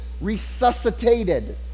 resuscitated